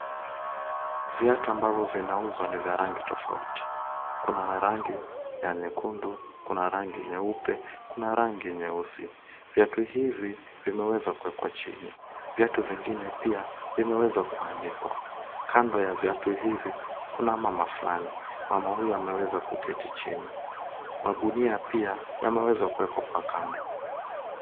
Viatu ambavyo vinauzwa ni vya rangi tofauti. Kuna ya rangi ya nyekundu, kuna rangi nyeupe, kuna rangi nyeusi. Viatu hivi vimeweza kuwekwa chini. Viatu vingine pia vimeweza kuanikwa. Kando ya viatu hivi kuna mama fulani. Mama huyu ameweza kuketi chini. Magunia pia yameweza kuwekwa kwa kando.